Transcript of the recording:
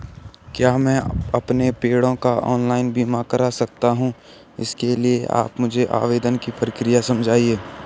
क्या मैं अपने पेड़ों का ऑनलाइन बीमा करा सकता हूँ इसके लिए आप मुझे आवेदन की प्रक्रिया समझाइए?